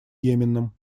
йеменом